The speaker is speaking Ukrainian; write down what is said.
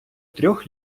трьох